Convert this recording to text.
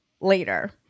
later